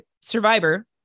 Survivor